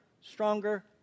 stronger